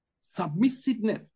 Submissiveness